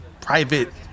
private